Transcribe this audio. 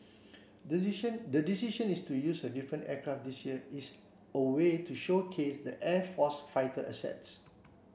the the decision to use a different aircraft this year is a way to showcase the air force's fighter assets